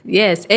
yes